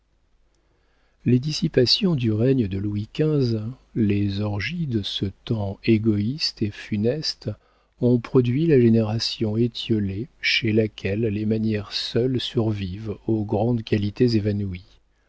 les dissipations du règne de louis xv les orgies de ce temps égoïste et funeste ont produit la génération étiolée chez laquelle les manières seules survivent aux grandes qualités évanouies